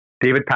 David